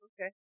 Okay